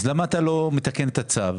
אז למה אתה לא מתקן את הצו?